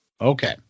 Okay